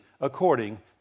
according